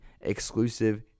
exclusive